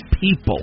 people